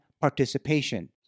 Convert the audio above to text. participation